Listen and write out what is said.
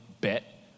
bet